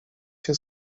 się